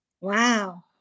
Wow